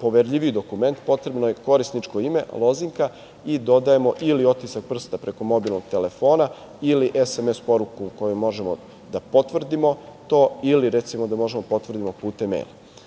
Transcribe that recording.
poverljiviji dokument, potrebno je korisničko ime, lozinka i dodajemo ili otisak prsta preko mobilnog telefona ili SMS poruku kojom možemo da potvrdimo to, ili, recimo, da potvrdimo putem